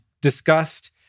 discussed